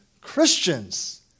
Christians